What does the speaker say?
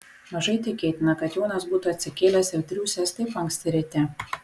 mažai tikėtina kad jonas būtų atsikėlęs ir triūsęs taip anksti ryte